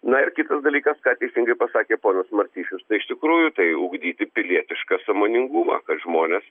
na ir kitas dalykas ką teisingai pasakė ponas martišius tai iš tikrųjų tai ugdyti pilietišką sąmoningumą kad žmonės